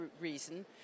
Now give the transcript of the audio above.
reason